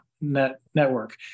network